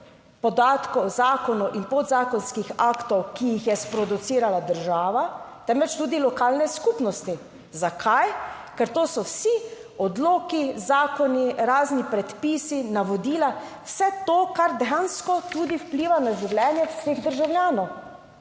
podatkov zakonov in podzakonskih aktov, ki jih je sproducirala država, temveč tudi lokalne skupnosti. Zakaj? Ker to so vsi odloki, zakoni, razni predpisi, navodila, vse to, kar dejansko tudi vpliva na življenje vseh državljanov.